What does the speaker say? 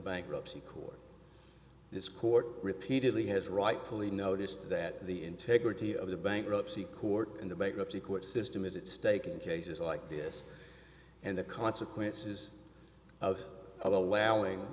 bankruptcy court this court repeatedly has rightfully noticed that the integrity of the bankruptcy court and the bankruptcy court system is at stake in cases like this and the consequences of allowing